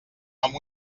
amb